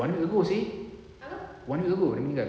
one week ago seh one week ago dia meninggal